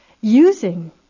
using